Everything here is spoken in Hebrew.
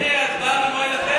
מאיר, הצבעה במועד אחר?